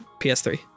PS3